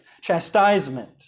chastisement